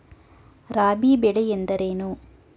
ರಾಬಿ ಬೆಳೆ ಎಂದರೇನು?